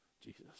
Jesus